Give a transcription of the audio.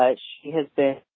ah she has this.